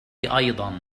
أيضا